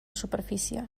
superfície